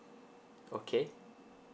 okay